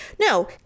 No